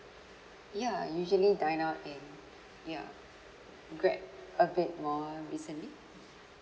ya usually dine out and ya grab a bit more recently